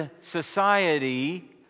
society